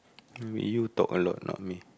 they make you talk a lot not me